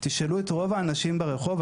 תשאלו את רוב האנשים ברחוב,